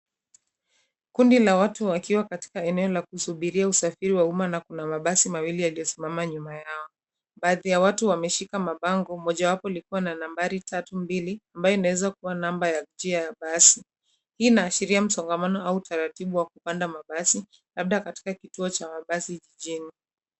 Kundi la watu wakiwa katika eneo la kusubiria usafiri wa uma, na kuna mabasi mawili yaliyosimama nyuma yao. Baadhi ya watu wameshika mabongo, mojawapo likiwa na namba 32 , ambayo inaeza kua namba ya njia ya basi. Hii inaashiria msongamano au utaratibu wa kupanda mabasi, labda katika kituo cha mabasi jijini.